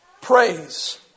praise